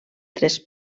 tres